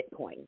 Bitcoin